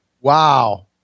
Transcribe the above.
Wow